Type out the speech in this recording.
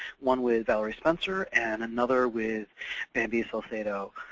one with valerie spencer and another with bamby salcedo.